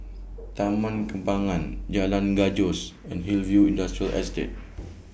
Taman Kembangan Jalan Gajus and Hillview Industrial Estate